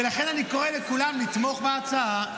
ולכן אני קורא לכולם לתמוך בהצעה.